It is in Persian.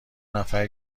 نفر